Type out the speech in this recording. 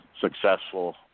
successful